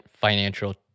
financial